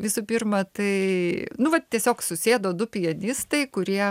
visų pirma tai nu vat tiesiog susėdo du pianistai kurie